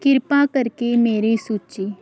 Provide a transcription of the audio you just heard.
ਕਿਰਪਾ ਕਰਕੇ ਮੇਰੀ ਸੂਚੀ